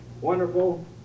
wonderful